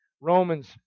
Romans